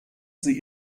sie